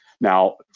Now